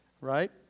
right